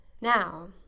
now